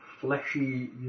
fleshy